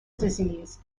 disease